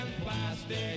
Plastic